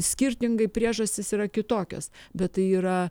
skirtingai priežastys yra kitokios bet tai yra